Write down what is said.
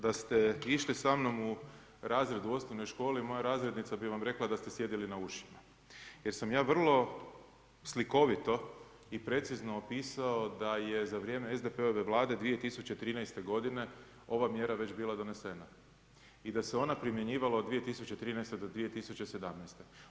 Da ste išli sa mnom u razred u osnovnoj školi moja razrednica bi vam rekli da ste sjedili na ušima jer sam ja vrlo slikovito i precizno opisao da je za vrijeme SDP-ove vlade 2013. godine ova mjera već bila donesena i da se ona primjenjivala od 2013. do 2017.